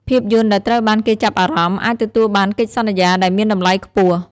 ភាពយន្តដែលត្រូវបានគេចាប់អារម្មណ៍អាចទទួលបានកិច្ចសន្យាដែលមានតម្លៃខ្ពស់។